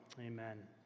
Amen